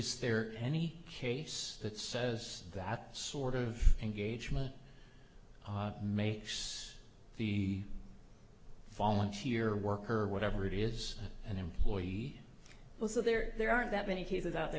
is there any case that says that sort of engagement makes the volunteer work or whatever it is an employee will so there there aren't that many cases out